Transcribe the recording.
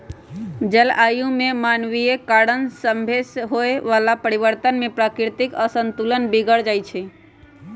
जलवायु में मानवीय कारण सभसे होए वला परिवर्तन से प्राकृतिक असंतुलन बिगर जाइ छइ